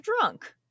drunk